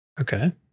Okay